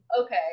Okay